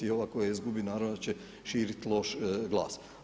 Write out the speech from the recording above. Ova koja izgubi naravno da će širit loš glas.